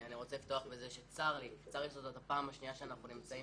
אני רוצה לפתוח בזה שצר לי שזאת הפעם השנייה שאנחנו נמצאים